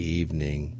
evening